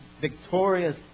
victorious